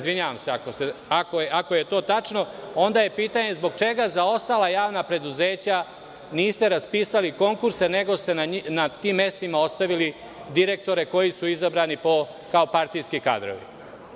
Izvinjavam se ako je to tačno, onda je pitanje zbog čega za ostala javna preduzeća niste raspisali konkurse, nego ste na tim mestima ostavili direktore koji su izabrani kao partijski kadrovi?